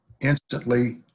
instantly